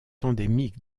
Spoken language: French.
endémique